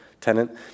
Tenant